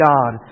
God